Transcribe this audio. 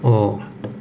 orh